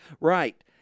right